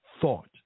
thought